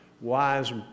wise